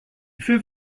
fait